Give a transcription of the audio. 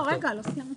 לא, לא סיימנו.